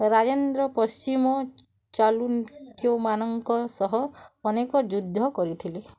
ରାଜେନ୍ଦ୍ର ପଶ୍ଚିମ ଚାଲୁକ୍ୟମାନଙ୍କ ସହ ଅନେକ ଯୁଦ୍ଧ କରିଥିଲେ